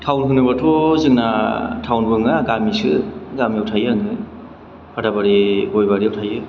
थाउन होनोबाथ' जोंना थाउन नङा गामिसो गामियाव थायो आङो फाथैबारि गय बारियाव थायो